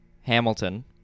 Hamilton